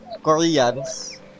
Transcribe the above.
Koreans